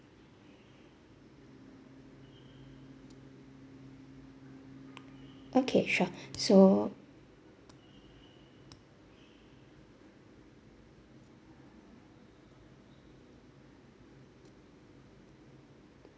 okay sure so